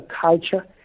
culture